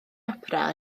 opera